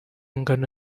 ngano